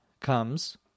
comes